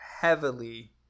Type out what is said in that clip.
heavily